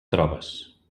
trobes